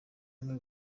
umwe